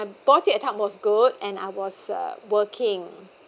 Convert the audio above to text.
bought it at time was good and I was uh working